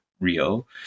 real